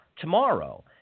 tomorrow